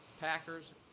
Packers